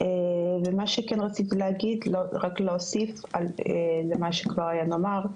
ומה שכן רציתי להגיד, רק להוסיף על מה שכבר נאמר,